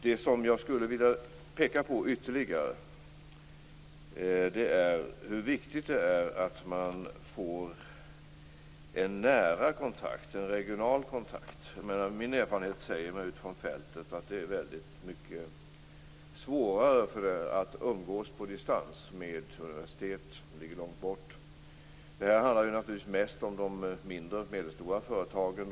Det som jag skulle vilja peka på ytterligare är hur viktigt det är att man får en nära och regional kontakt. Min erfarenhet ute från fältet säger mig att det är väldigt mycket svårare att umgås på distans, dvs. med universitet som ligger långt bort. Detta handlar naturligtvis mest om de mindre och medelstora företagen.